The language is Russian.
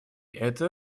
это